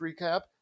recap